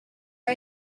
are